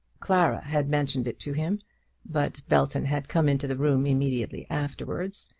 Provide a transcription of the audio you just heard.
clara had mentioned it to him but belton had come into the room immediately afterwards,